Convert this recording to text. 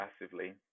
massively